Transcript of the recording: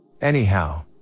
anyhow